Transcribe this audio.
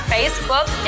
Facebook